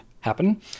happen